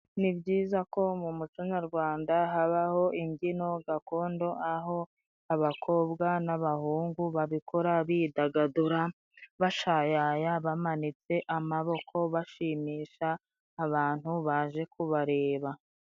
Ni byiza ko mu muco nyarwanda habaho imbyino gakondo, aho abakobwa n'abahungu babikoradagadura bashayaya bamanitse amaboko, bashimisha abantu baje kubareba.